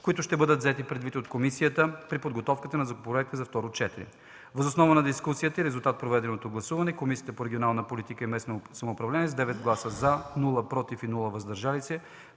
които ще бъдат взети предвид от комисията при подготовката на законопроекта за второ гласуване. Въз основа на дискусията и в резултат на проведеното гласуване, Комисията по регионална политика и местно самоуправление с 9 гласа „за”, без „против” и „въздържали